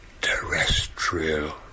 Terrestrial